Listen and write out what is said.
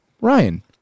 Ryan